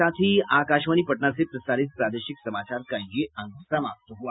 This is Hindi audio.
इसके साथ ही आकाशवाणी पटना से प्रसारित प्रादेशिक समाचार का ये अंक समाप्त हुआ